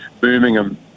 Birmingham